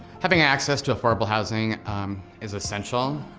having access to affordable housing is essential.